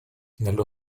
nello